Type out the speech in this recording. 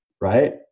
right